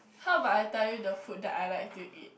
how about I tell you the food that I like to eat